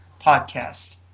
podcast